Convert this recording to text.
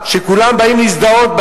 שכולם באים להזדהות,